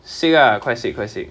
sick ah quite sick quite sick